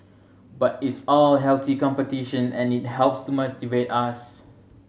but it's all healthy competition and it helps to motivate us